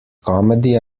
comedy